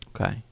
Okay